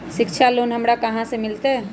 शिक्षा लोन हमरा कहाँ से मिलतै?